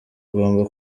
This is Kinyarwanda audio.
ugomba